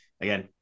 again